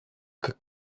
как